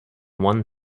one